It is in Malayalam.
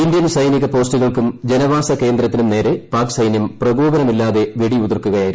ഇന്ത്യൻ സൈനിക പോസ്റ്റുകൾക്കും ജനവാസ കേന്ദ്രത്തിനും നേരെ പാക് സൈന്യം പ്രകോപനമില്ലാതെ വെടിയുതിർക്കുകയായിരുന്നു